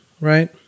right